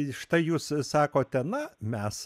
štai jūs sakote na mes